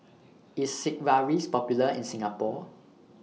IS Sigvaris Popular in Singapore